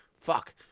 Fuck